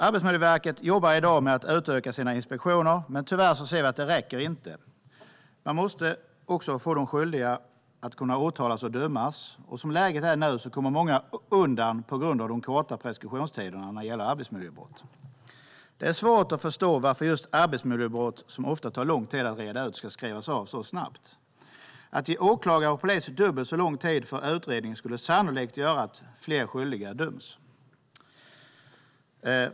Arbetsmiljöverket jobbar i dag med att utöka sina inspektioner, men det räcker tyvärr inte. De skyldiga måste också kunna åtalas och dömas, och som läget är nu kommer många undan på grund av de korta preskriptionstiderna för arbetsmiljöbrott. Det är svårt att förstå varför just arbetsmiljöbrott, som ofta tar lång tid att reda ut, ska skrivas av så snabbt. Att ge åklagare och polis dubbelt så lång tid för utredning skulle sannolikt göra att fler skyldiga döms.